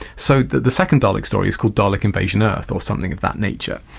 so the the second dalek story is called dalek invasion earth, or something of that nature.